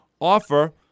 offer